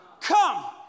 come